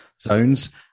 zones